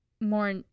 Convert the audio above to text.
more